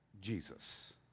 Jesus